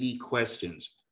questions